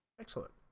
Excellent